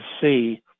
see